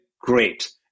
great